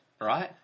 right